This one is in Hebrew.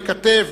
המקטב,